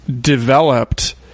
developed